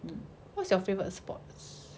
what's your favorite sports